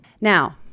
Now